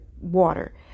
water